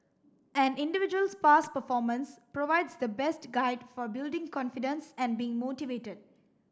an individual's past performance provides the best guide for building confidence and being motivated